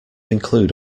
include